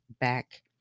back